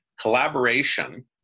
Collaboration